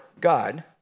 God